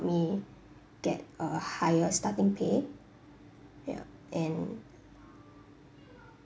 me get a higher starting pay yup and